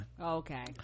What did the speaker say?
Okay